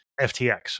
FTX